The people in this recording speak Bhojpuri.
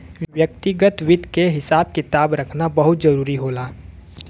व्यक्तिगत वित्त क हिसाब किताब रखना बहुत जरूरी होला